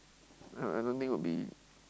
ya I don't think will be